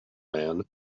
man